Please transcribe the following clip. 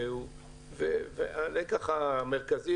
והלקח המרכזי